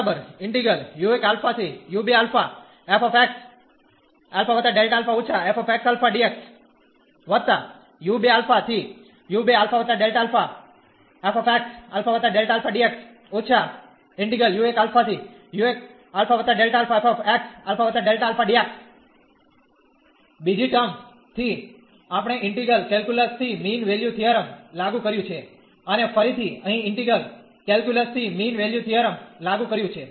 બીજી ટર્મ થી આપણે ઇન્ટિગ્રલ કેલ્ક્યુલસ થી મીન વેલ્યુ થીયરમ લાગુ કર્યું છે અને ફરીથી અહીં ઇન્ટિગ્રલ કેલ્ક્યુલસ થી મીન વેલ્યુ થીયરમ લાગુ કર્યું છે